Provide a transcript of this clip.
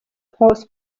pass